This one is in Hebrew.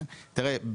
תראה,